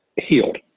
healed